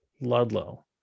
Ludlow